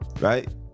Right